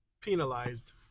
penalized